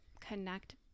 connect